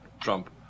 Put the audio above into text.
Trump